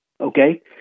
Okay